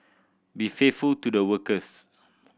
be faithful to the workers